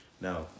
Now